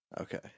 Okay